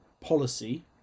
policy